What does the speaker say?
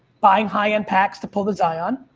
buying high end packs to pull the zion.